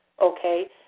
okay